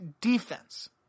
defense